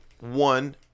One